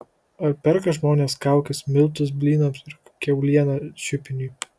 ar perka žmonės kaukes miltus blynams ir kiaulieną šiupiniui